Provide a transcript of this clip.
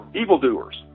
evildoers